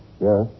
Yes